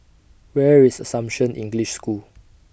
Where IS Assumption English School